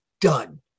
done